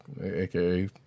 aka